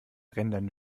rendern